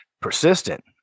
persistent